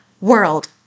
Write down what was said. world